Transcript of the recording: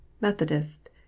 Methodist